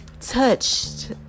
touched